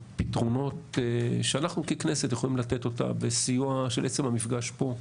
פתרונות שאנחנו ככנסת יכולים לתת אותם בסיוע של עצם המפגש פה.